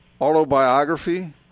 autobiography